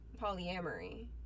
polyamory